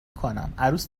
کنم، عروس